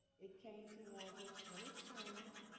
it came towards us. and it turned.